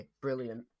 brilliant